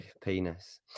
penis